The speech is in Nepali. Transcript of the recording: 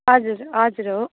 हजुर हजुर हो